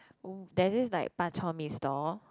there is this like bak-chor-mee stall